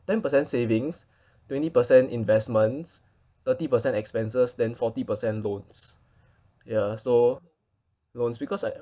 ten percent savings twenty percent investments thirty percent expenses then forty percent loans ya so loans because like